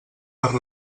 per